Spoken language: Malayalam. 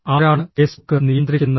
ആരാണ് ഫേസ്ബുക്ക് നിയന്ത്രിക്കുന്നത്